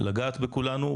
לגעת בכולנו.